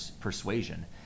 persuasion